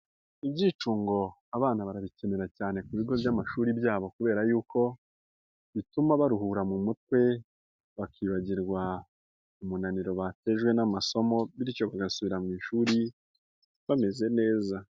Ibyicungo abana barabikenera cyane ku bigo by'amashuri byabo kubera yuko bituma baruhura mu mutwe, bakibagirwa umunaniro batejwe n'amasomo bityo bagasubira mu ishuri bamez neza.